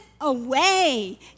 away